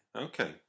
Okay